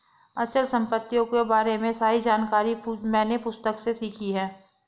अचल संपत्तियों के बारे में सारी जानकारी मैंने पुस्तक से सीखी है